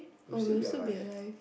we will still be alive